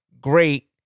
Great